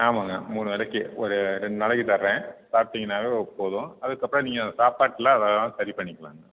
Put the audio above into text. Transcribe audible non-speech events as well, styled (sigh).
ஆமாங்க மூணு வேளைக்கி ஒரு ரெண்டு நாளைக்கு தரேன் சாப்பிட்டீங்கனாவே போதும் அதுக்கப்புறம் நீங்கள் சாப்பாட்டில் (unintelligible) வேணா சரி பண்ணிக்கலாங்க